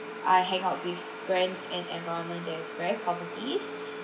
I hang out with friends and environment that is very positive